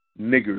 niggers